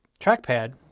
trackpad